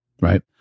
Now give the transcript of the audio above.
right